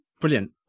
brilliant